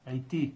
עיתי,